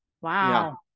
Wow